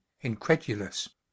incredulous